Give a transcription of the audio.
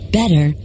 better